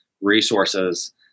resources